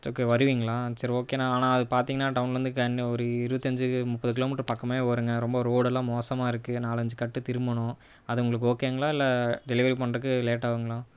சரி ஓகே வருவிங்களா சரி ஓகேணா ஆனால் அது பாத்திங்கனா டவுன்லருந்து கன்னு ஒரு இருபத்தஞ்சி முப்பது கிலோமீட்ரு பக்கமே வருங்க ரொம்ப ரோடெல்லாம் மோசமாக இருக்குது நாலஞ்சு கட்டு திரும்பணும் அது உங்களுக்கு ஓகேங்களா இல்லை டெலிவரி பண்றதுக்கு லேட் ஆவுங்களா